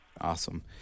Awesome